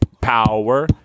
power